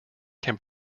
can